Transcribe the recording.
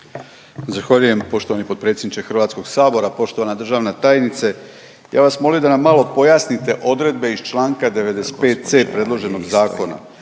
Zahvaljujem poštovani potpredsjedniče Hrvatskog sabora, poštovana državna tajnice. Ja vas molim da nam malo pojasnite odredbe iz članka 95c. predloženog zakona.